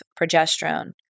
progesterone